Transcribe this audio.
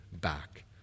back